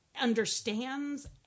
understands